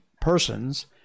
persons